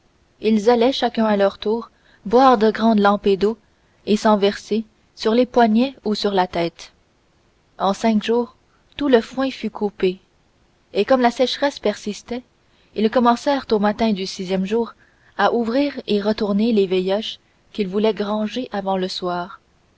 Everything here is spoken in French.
ils allaient chacun à son tour boire aie grandes lampées d'eau et s'en verser sur les poignets on sur la tête en cinq jours tout le foin fut coupé et comme la sécheresse persistait ils commencèrent au matin du sixième jour à ouvrir et retourner les veilloches qu'ils voulaient granger avant le soir